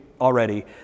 already